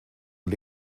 und